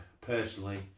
personally